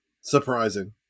surprising